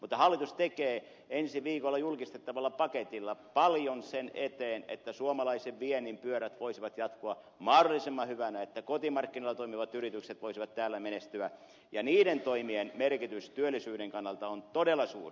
mutta hallitus tekee ensi viikolla julkistettavalla paketilla paljon sen eteen että suomalaisen viennin pyörät voisivat pyöriä jatkossa mahdollisimman hyvänä että kotimarkkinoilla toimivat yritykset voisivat täällä menestyä ja niiden toimien merkitys työllisyyden kannalta on todella suuri